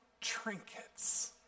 trinkets